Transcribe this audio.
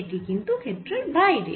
এটি কিন্তু ক্ষেত্রের বাইরে